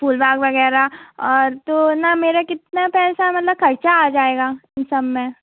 फूल बाग़ वग़ैरह और तो ना मेरा कितना पैसा मतलब ख़र्च आ जाएगा इन सब में